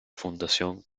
fundación